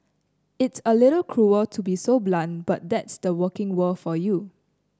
it's a little cruel to be so blunt but that's the working world for you